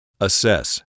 Assess